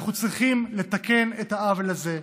אנחנו צריכים לתקן את העוול הזה,